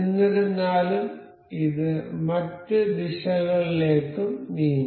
എന്നിരുന്നാലും ഇത് മറ്റ് ദിശകളിലേക്കും നീങ്ങാം